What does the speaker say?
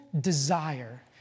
desire